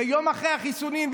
ויום אחרי החיסונים,